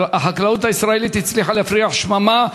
החקלאות הישראלית הצליחה להפריח שממה,